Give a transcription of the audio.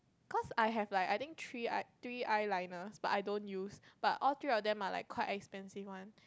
cause I have like I think three~ three eyeliners but I don't use but all three of them are like quite expensive one